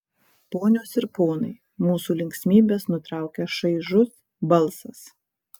ponios ir ponai mūsų linksmybes nutraukia šaižus balsas